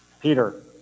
Peter